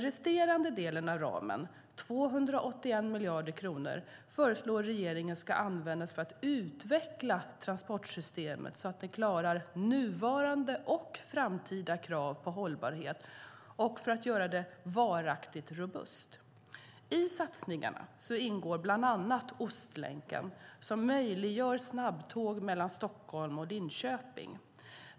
Resterande delar av ramen, 281 miljarder kronor, föreslår regeringen ska användas för att utveckla transportsystemet så att det klarar nuvarande och framtida krav på hållbarhet och för att göra det varaktigt robust. I satsningen ingår bland annat Ostlänken, som möjliggör snabbtåg mellan Stockholm och Linköping.